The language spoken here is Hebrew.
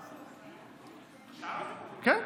כן.